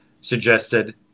suggested